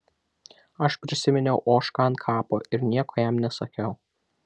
aš prisiminiau ožką ant kapo ir nieko jam nesakiau